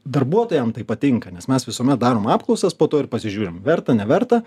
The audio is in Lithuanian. darbuotojam tai patinka nes mes visuomet darom apklausas po to ir pasižiūrim verta neverta